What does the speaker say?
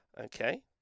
okay